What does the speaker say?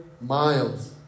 miles